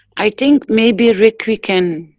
i think maybe rick we can,